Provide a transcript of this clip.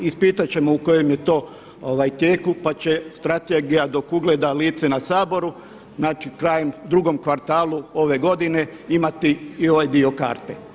Ispitat ćemo u kojem je to tijeku, pa će strategija dok ugleda lice na Saboru, znači krajem, drugom kvartalu ove godine imati i ovaj dio karte.